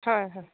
হয় হয়